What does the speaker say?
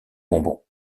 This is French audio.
bonbons